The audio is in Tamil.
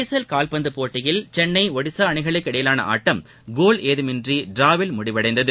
எஸ் எஸ் கால்பந்துப் போட்டியில் சென்ளை ஒடிசா அணிகளுக்கிடையேயான ஆட்டம் கோல் ஏதுமின்றி டிராவில் முடிவடைந்தது